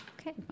Okay